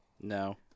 No